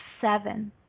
seven